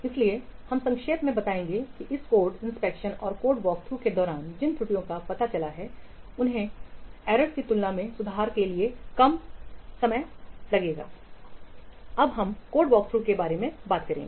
इसलिए हम संक्षेप में बताएंगे कि एक कोड इंस्पेक्शन और वॉकथ्रूवॉकथ्रू के दौरान जिन त्रुटियों का पता चला है उन्हें त्रुटियों की तुलना में सुधार के लिए कम हम पहले कोड वॉकथ्रू कहेंगे